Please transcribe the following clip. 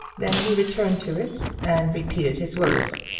then he returned to it, and repeated his words.